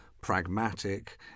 pragmatic